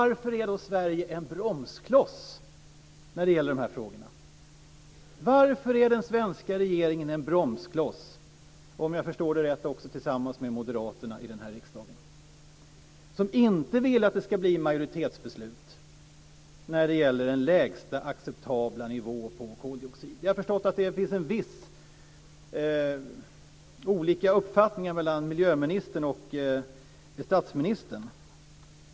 Men varför är då Sverige en bromskloss när det gäller dessa frågor? Varför är den svenska regeringen en bromskloss, tillsammans med moderaterna i riksdagen? Regeringen vill inte att det ska bli majoritetsbeslut när det gäller den lägsta acceptabla nivån på koldioxid. Vi har förstått att det finns olika uppfattningar mellan miljöministern och statsministern.